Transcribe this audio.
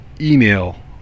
email